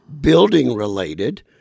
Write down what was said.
building-related